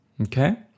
Okay